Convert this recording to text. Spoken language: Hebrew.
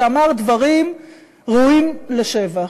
שאמר דברים ראויים לשבח,